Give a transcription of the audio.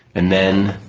and then